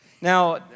Now